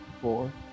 four